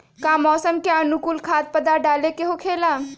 का मौसम के अनुकूल खाद्य पदार्थ डाले के होखेला?